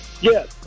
Yes